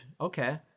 Okay